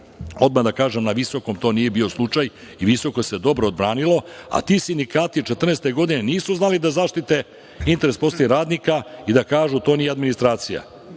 Odmah da kažem na visokom to nije bio slučaj i visoko se dobro odbranilo, a ti sindikati 2014. godine nisu znali da zaštite interes prosvetnih radnika i da kažu to nije administracija.